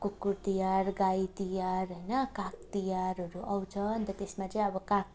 कुकुर तिहार गाई तिहार होइन काग तिहारहरू आउँछ अन्त त्यसमा चाहिँ अब काग